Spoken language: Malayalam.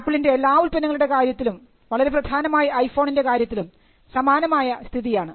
ആപ്പിളിൻറെ എല്ലാ ഉത്പന്നങ്ങളുടെ കാര്യത്തിലും വളരെ പ്രധാനമായി ഐഫോണിൻറെ കാര്യത്തിലും സമാനമായ സ്ഥിതിയാണ്